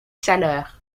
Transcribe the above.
chaleurs